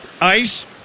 ice